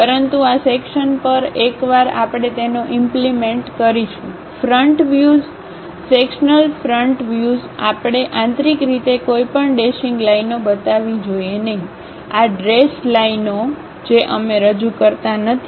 પરંતુ આ સેક્શન પર એકવાર આપણે તેનો ઇમ્પ્લીમેન્ટ કરીશું front views sectional front views આપણે આંતરિક રીતે કોઈપણ ડેશિંગ લાઇનો બતાવવી જોઈએ નહીં આ ડ્રેશ લાઇનો જે અમે રજૂ કરતા નથી